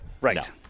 Right